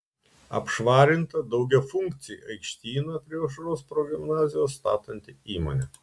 apšvarinta daugiafunkcį aikštyną prie aušros progimnazijos statanti įmonė